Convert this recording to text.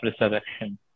resurrection